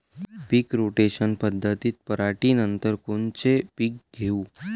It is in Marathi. पीक रोटेशन पद्धतीत पराटीनंतर कोनचे पीक घेऊ?